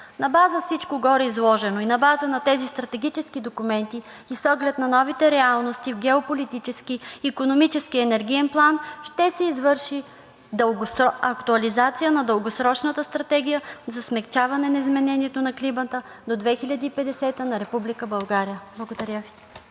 На база всичко гореизложено и на база на тези стратегически документи и с оглед на новите реалности в геополитически, икономически и енергиен план ще се извърши актуализация на Дългосрочната стратегия за смекчаване на изменението на климата до 2050 г. на Република България. Благодаря Ви.